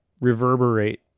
reverberate